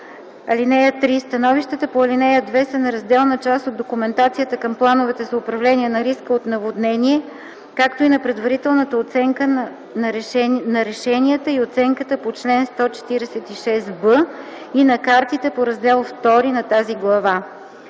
(3) Становищата по ал. 2 са неразделна част от документацията към плановете за управление на риска от наводнение, както и на предварителната оценка, на решенията и оценката по чл. 146б, и на картите по Раздел ІІ на тази глава.